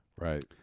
Right